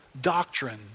doctrine